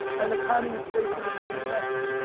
and the timing and spacing in between the notes.